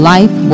Life